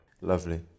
Lovely